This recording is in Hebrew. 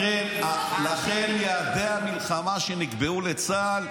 סוף, לכן יעדי המלחמה שנקבעו לצה"ל,